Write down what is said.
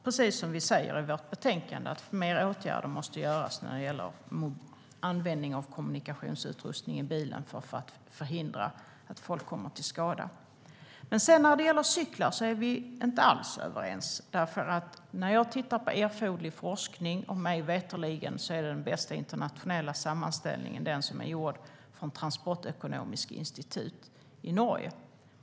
Precis som vi säger i betänkandet måste fler åtgärder vidtas vad gäller användning av kommunikationsutrustning i bilen för att förhindra att folk kommer till skada. När det gäller cyklar är vi inte alls överens, Jimmy Ståhl. Mig veterligen kommer den bästa internationella forskningssammanställningen från Transportøkonomisk institutt i Norge.